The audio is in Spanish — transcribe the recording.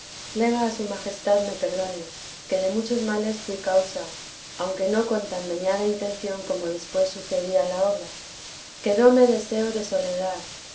plega a su majestad me perdone que de muchos males fui causa aunque no con tan dañada intención como después sucedía la obra quedóme deseo de soledad